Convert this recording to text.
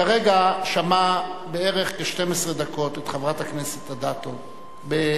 כרגע הוא שמע בערך 12 דקות את חברת הכנסת אדטו באיפוק,